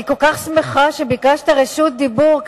אני כל כך שמחה שביקשת רשות דיבור,